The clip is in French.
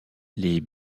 les